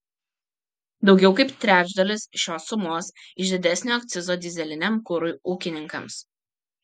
daugiau kaip trečdalis šios sumos iš didesnio akcizo dyzeliniam kurui ūkininkams